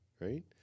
right